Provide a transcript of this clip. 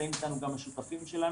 נמצאים איתנו גם השותפים שלנו.